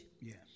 Yes